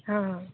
हां हां